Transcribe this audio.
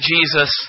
Jesus